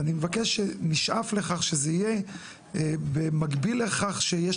ואני מבקש שנשאף לכך שזה יהיה במקביל לכך שיש